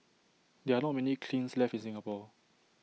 there are not many kilns left in Singapore